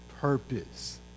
purpose